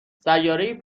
سیارهای